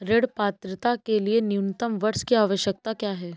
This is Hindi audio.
ऋण पात्रता के लिए न्यूनतम वर्ष की आवश्यकता क्या है?